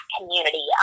community